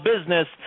business